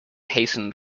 hastened